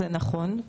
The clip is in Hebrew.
זה נכון.